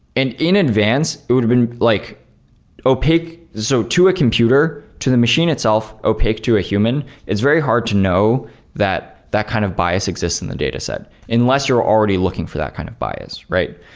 and in advance, it would have been like opaque, so to a computer, to the machine itself, opaque to a human. it's very hard to know that that kind of bias exists in the data set. unless, you're already looking for that kind of bias, right?